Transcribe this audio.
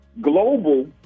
global